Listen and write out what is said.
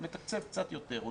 הוא מתקצב קצת יותר,